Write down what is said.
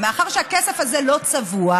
ומאחר שהכסף הזה לא צבוע,